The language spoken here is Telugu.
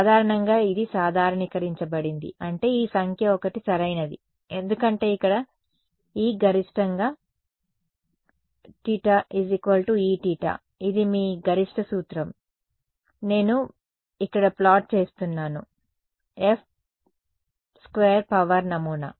సాధారణంగా ఇది సాధారణీకరించబడింది అంటే ఈ సంఖ్య 1 సరైనది ఎందుకంటే ఇక్కడే Eθగరిష్టంగా Eθ ఇది మీ గరిష్ట సూత్రం నేను ఇక్కడ ప్లాట్ చేస్తున్నాను |F|2 పవర్ నమూనా